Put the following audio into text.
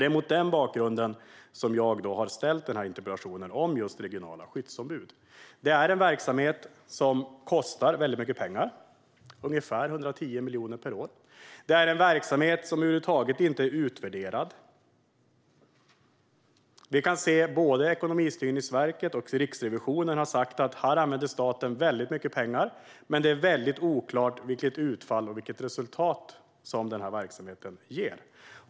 Det är mot den bakgrunden som jag har ställt denna interpellation om regionala skyddsombud. Det är en verksamhet som kostar mycket pengar - ungefär 110 miljoner per år. Det är en verksamhet som över huvud taget inte är utvärderad. Både Ekonomistyrningsverket och Riksrevisionen har sagt att staten här använder väldigt mycket pengar men att det är oklart vilket utfall och vilket resultat denna verksamhet ger.